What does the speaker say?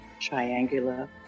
triangular